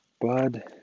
Bud